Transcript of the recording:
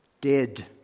dead